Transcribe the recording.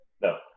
No